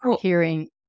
hearing